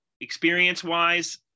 experience-wise